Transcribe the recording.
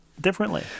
differently